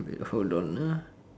wait hold on ah